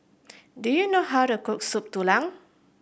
do you know how to cook Soup Tulang